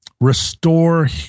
restore